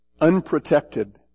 unprotected